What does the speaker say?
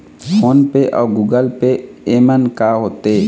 Phone पे अउ Google Pay येमन का होते?